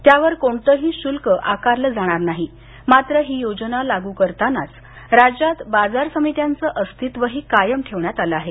त्यावर कोणतंही शुल्क आकारलं जाणार नाही मात्र ही योजना लागू करतानाच राज्यात बाजार समित्यांचं अस्तित्वही कायम ठेवण्यात आलं आहे